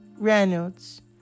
Reynolds